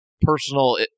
personal